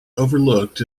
overlooked